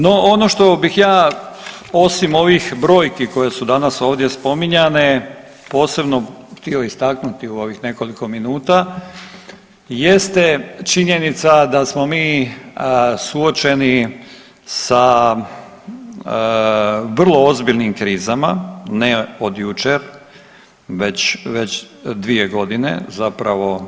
No, ono što bih ja osim ovih brojki koje su danas ovdje spominjane posebno htio istaknuti u ovih nekoliko minuta jeste činjenica da smo mi suočeni sa vrlo ozbiljnim krizama, ne od jučer već, već 2 godine zapravo.